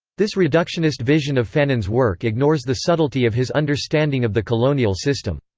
this reductionist vision of fanon's work ignores the subtlety of his understanding of the colonial system.